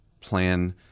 plan